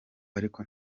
ariko